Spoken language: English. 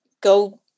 go